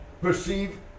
perceive